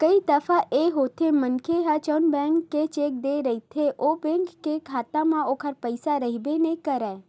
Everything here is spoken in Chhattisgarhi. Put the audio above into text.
कई दफे ए होथे मनखे ह जउन बेंक के चेक देय रहिथे ओ बेंक के खाता म ओखर पइसा रहिबे नइ करय